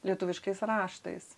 lietuviškais raštais